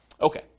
Okay